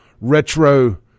retro